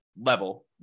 level